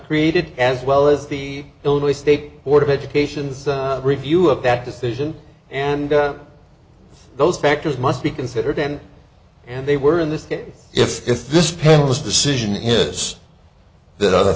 created as well as the illinois state board of education review of that decision and those factors must be considered and and they were in this get if if this panel this decision is that other